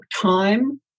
time